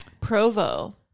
Provo